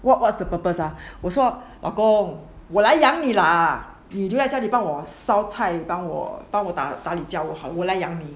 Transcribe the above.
what what's the purpose ah 我说老公我来养你啦你留在家里帮我烧菜你帮我打打理家务我来养你